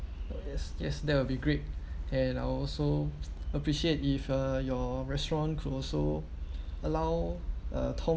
oh yes yes that will be great and I also appreciate if uh your restaurant could also allow uh tom